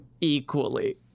equally